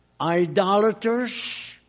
idolaters